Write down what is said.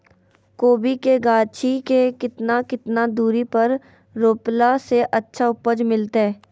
कोबी के गाछी के कितना कितना दूरी पर रोपला से अच्छा उपज मिलतैय?